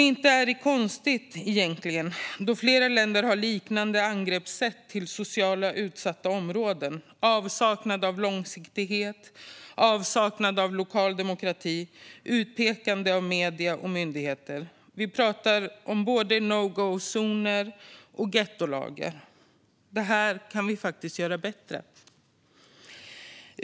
Inte är det konstigt egentligen. Flera länder har liknande angreppssätt när det gäller socialt utsatta områden, med avsaknad av långsiktighet, avsaknad av lokal demokrati och utpekande av medier och myndigheter. Vi talar om både no go-zoner och ghettolagar. Det här kan vi faktiskt göra bättre.